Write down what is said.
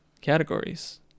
categories